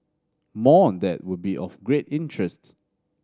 more on that would be of great interest